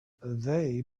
they